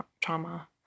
trauma